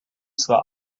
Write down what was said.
zwar